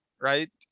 right